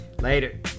later